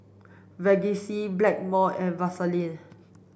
Vagisil Blackmore and Vaselin